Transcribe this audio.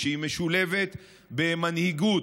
כשהיא משולבת במנהיגות,